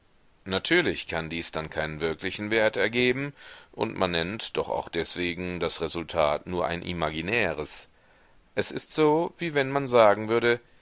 natürlich kann dies dann keinen wirklichen wert ergeben und man nennt doch auch deswegen das resultat nur ein imaginäres es ist so wie wenn man sagen würde